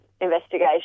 investigation